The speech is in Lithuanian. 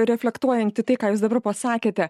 reflektuojant į tai ką jūs dabar pasakėte